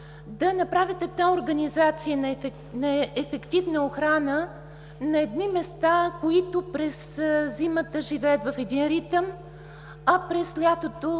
да направят такава организация на ефективна охрана на едни места, които през зимата живеят в един ритъм, а през лятото